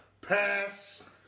pass